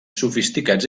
sofisticats